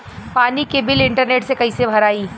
पानी के bill internet से कइसे भराई?